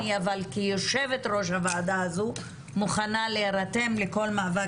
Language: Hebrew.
אבל כיושבת-ראש הוועדה הזו מוכנה להירתם לכל מאבק